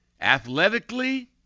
athletically